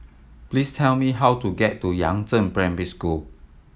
please tell me how to get to Yangzheng Primary School